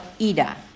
Ida